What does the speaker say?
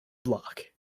block